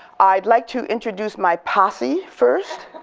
i'd like to introduce my posse first,